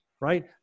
right